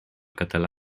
català